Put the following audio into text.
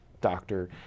doctor